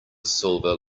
silver